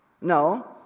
No